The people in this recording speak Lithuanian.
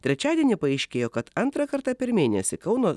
trečiadienį paaiškėjo kad antrą kartą per mėnesį kauno